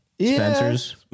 Spencers